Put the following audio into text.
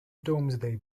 domesday